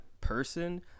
person